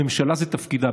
הממשלה, זה תפקידה.